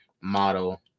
model